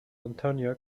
antonio